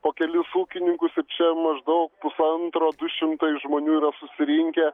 po kelis ūkininkus ir čia maždaug pusantro du šimtai žmonių yra susirinkę